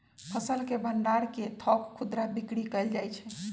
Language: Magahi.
फसल के भण्डार से थोक खुदरा बिक्री कएल जाइ छइ